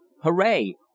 Hooray